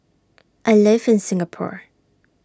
I live in Singapore